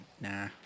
Nah